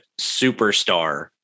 superstar